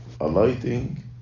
alighting